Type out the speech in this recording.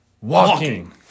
walking